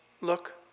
look